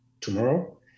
tomorrow